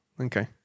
okay